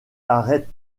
arrête